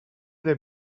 they